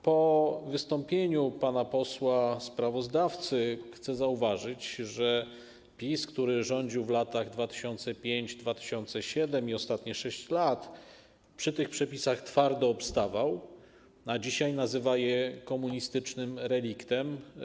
Po wystąpieniu pana posła sprawozdawcy chcę zauważyć, że PiS, który rządził w latach 2005-2007 i ostatnie 6 lat przy tych przepisach twardo obstawał, a dzisiaj nazywa je komunistycznym reliktem.